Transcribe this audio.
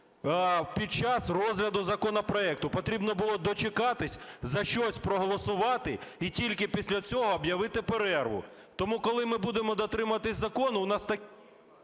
під час розгляду законопроекту. Потрібно було дочекатись, за щось проголосувати, і тільки після цього об'явити перерву. Тому, коли ми будемо дотримуватись закону, у нас…